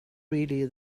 really